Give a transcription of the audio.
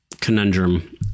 conundrum